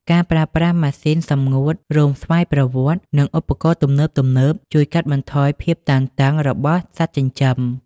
ការប្រើប្រាស់ម៉ាស៊ីនសម្ងួតរោមស្វ័យប្រវត្តិ និងឧបករណ៍ទំនើបៗ ជួយកាត់បន្ថយភាពតានតឹង របស់សត្វចិញ្ចឹម។